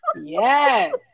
Yes